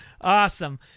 Awesome